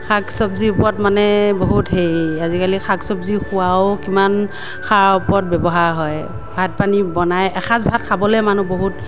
শাক চব্জিৰ ওপৰত মানে বহুত হেৰি আজিকালি শাক চব্জি পোৱাও কিমান সাৰৰ ওপৰত ব্যৱহাৰ হয় ভাত পানী বনাই এসাঁজ ভাত খাবলেই মানুহ বহুত